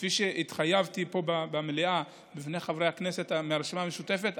וכפי שהתחייבתי פה במליאה בפני חברי הכנסת מהרשימה המשותפת,